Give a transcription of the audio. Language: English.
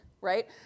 right